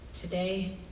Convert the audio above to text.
today